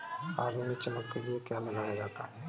आलू में चमक के लिए क्या मिलाया जाता है?